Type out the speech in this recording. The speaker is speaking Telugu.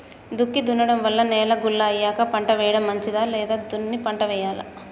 దుక్కి దున్నడం వల్ల నేల గుల్ల అయ్యాక పంట వేయడం మంచిదా లేదా దున్ని పంట వెయ్యాలా?